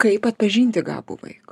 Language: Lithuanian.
kaip atpažinti gabų vaiką